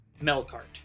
Melkart